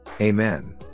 amen